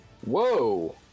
whoa